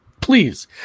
Please